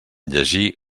llegir